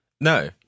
No